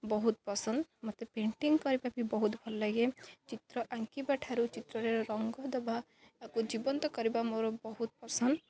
ବହୁତ ପସନ୍ଦ ମୋତେ ପେଣ୍ଟିଂ କରିବା ବି ବହୁତ ଭଲ ଲାଗେ ଚିତ୍ର ଆଙ୍କିବାଠାରୁ ଚିତ୍ରରେ ରଙ୍ଗ ଦେବାକୁ ଜୀବନ୍ତ କରିବା ମୋର ବହୁତ ପସନ୍ଦ